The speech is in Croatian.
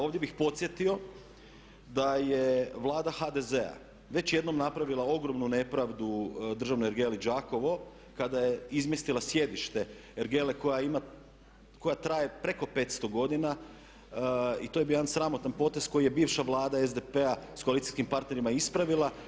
Ovdje bih podsjetio da je Vlada HDZ-a već jednom napravila ogromnu nepravdu Državnoj ergeli Đakovo kada je izmjestila sjedište ergele koja traje preko 500 godina i to je bio jedan sramotan potez koji je bivša Vlada SDP-a sa koalicijskim partnerima ispravila.